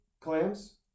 clams